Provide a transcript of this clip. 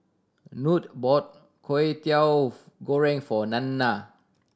Nute bought Kway Teow Goreng for Nanna